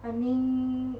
I mean